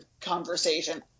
conversation